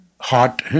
hot